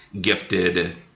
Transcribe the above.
gifted